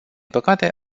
păcate